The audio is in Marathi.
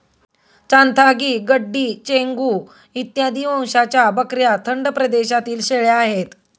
चांथागी, गड्डी, चेंगू इत्यादी वंशाच्या बकऱ्या थंड प्रदेशातील शेळ्या आहेत